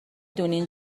دونین